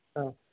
ஆ